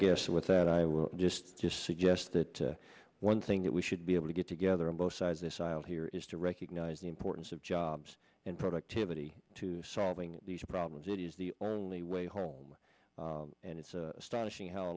guess with that i will just suggest that one thing that we should be able to get together on both sides this aisle here is to recognize the importance of jobs and productivity to solving these problems it is the only way home and it's a